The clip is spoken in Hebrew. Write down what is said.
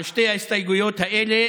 על שתי ההסתייגויות האלה